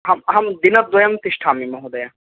आम् अहं दिनद्वयं तिष्ठामि महोदय